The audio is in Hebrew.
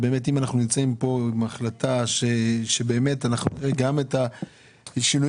אם נצא מפה עם החלטה שתאפשר להם להמשיך